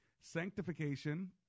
Sanctification